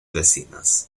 vecinas